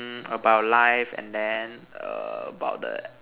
mm about life and then err about the